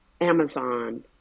Amazon